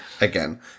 Again